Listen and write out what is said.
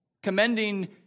Commending